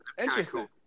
Interesting